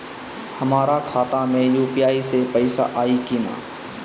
हमारा खाता मे यू.पी.आई से पईसा आई कि ना?